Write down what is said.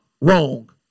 wrong